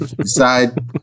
decide